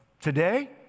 today